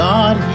God